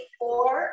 four